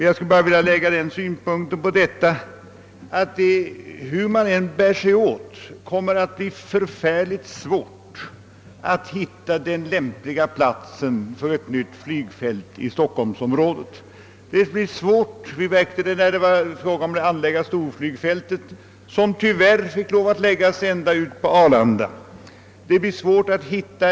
Jag vill bara anlägga den synpunkten på detta ärende att det hur man bär sig åt kommer att bli mycket svårt att finna den lämpliga platsen för ett nytt flygfält i stockholmsområdet. Vi märkte detta när vi hade att ta ställning till place ringen av storflygfältet, vilket vi tyvärr måste lägga så långt från Stockholm som blev fallet med Arlanda.